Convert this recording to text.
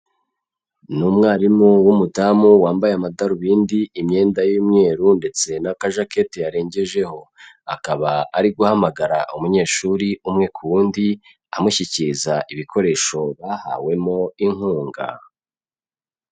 Ni umwarimu w'umudamu wambaye amadarubindi, imyenda y'umweru ndetse n'akajakete yarengejeho, akaba ari guhamagara umunyeshuri umwe ku wundi amushyikiriza ibikoresho bahawemo inkunga.